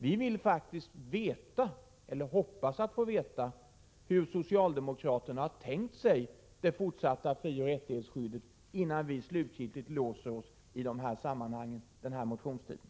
Vi hoppas få veta hur socialdemokraterna har tänkt sig det fortsatta frioch rättighetsskyddet, innan vi slutgiltigt låser oss i det här sammanhanget under den nu pågående motionstiden.